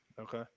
Okay